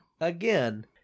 Again